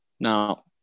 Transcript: Now